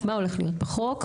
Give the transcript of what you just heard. מה הולך להיות בחוק.